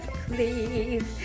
please